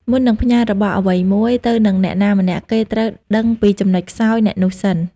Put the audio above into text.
មុននឹងផ្ញើរបស់អ្វីមួយទៅនឹងអ្នកណាម្នាក់ គេត្រូវដឹងពីចំណុចខ្សោយអ្នកនោះសិន ។